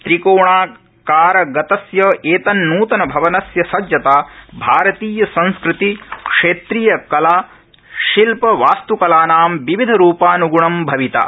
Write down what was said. त्रिकोणाकारगतस्य एतन्नूतन भवनस्य सज्जता भारतीय संस्कृति क्षेत्रीय कला शिल्प वास्त्कलानां विविधरूपान्ग्णं भविता